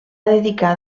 dedicar